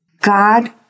God